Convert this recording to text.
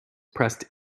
pressed